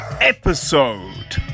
episode